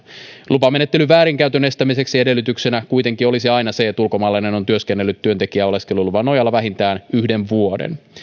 lupamenettelyn väärinkäytön estämiseksi edellytyksenä kuitenkin olisi aina se että ulkomaalainen on työskennellyt työntekijän oleskeluluvan nojalla vähintään yhden vuoden